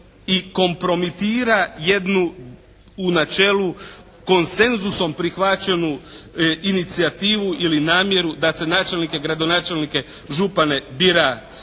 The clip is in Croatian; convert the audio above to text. i kompromitira jednu u načelu konsenzusom prihvaćenu inicijativu ili namjeru da se načelnike, gradonačelnike, župane bira